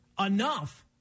enough